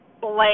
blame